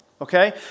okay